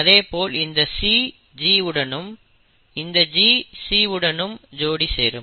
அதேபோல இந்த C G உடனும் இந்த G C உடனும் ஜோடி சேரும்